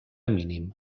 mínim